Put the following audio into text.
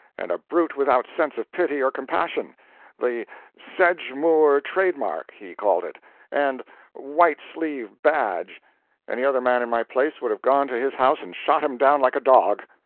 and a brute without sense of pity or compassion the sedgemoor trade-mark he called it and white-sleeve badge any other man in my place would have gone to his house and shot him down like a dog.